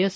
S